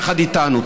יחד איתנו.